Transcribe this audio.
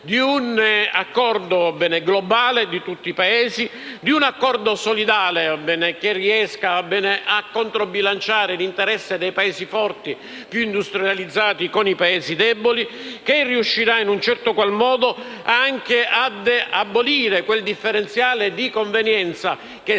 di un accordo globale di tutti i Paesi. L'obiettivo è quello di un accordo solidale che riesca a controbilanciare l'interesse dei Paesi forti più industrializzati con i Paesi deboli, e che riuscirà in un certo qual modo anche ad abolire quel differenziale di convenienza che